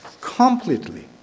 completely